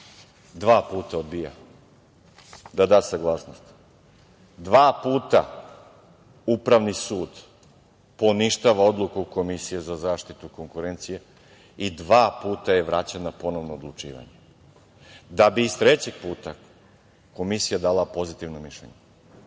dva puta odbija da da saglasnost. Dva puta Upravni sud poništava odluku Komisije za zaštitu konkurencije i dva puta je vraća na ponovno odlučivanje, da bi iz trećeg puta Komisija dala pozitivno mišljenje.